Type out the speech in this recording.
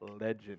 legend